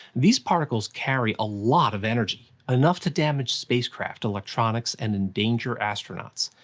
these particles carry a lot of energy, enough to damage spacecraft electronics and endanger astronauts.